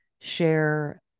share